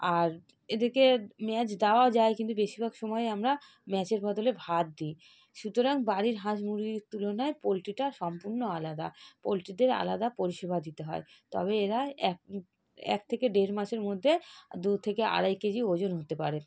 আর এদেরকে ম্যাচ দেওয়াও যায় কিন্তু বেশিরভাগ সময়ে আমরা ম্যাচের বদলে ভাত দিও সুতরাং বাড়ির হাঁস মুরগির তুলনায় পোলট্রিটা সম্পূর্ণ আলাদা পোলট্রিদের আলাদা পরিষেবা দিতে হয় তবেই এরা এক এক থেকে দেড় মাসের মধ্যে দু থেকে আড়াই কেজি ওজন হতে পারে